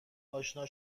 آشنا